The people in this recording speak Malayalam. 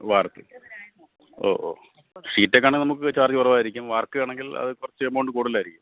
വാർക്ക് ഓ ഓ ഷീറ്റൊക്കെയാണെങ്കില് നമുക്ക് ചാർജ് കുറവായിരിക്കും വാർക്കുകയാണെങ്കിൽ അതു കുറച്ച് എമൗണ്ട് കൂടുതലായിരിക്കും